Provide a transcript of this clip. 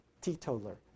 teetotaler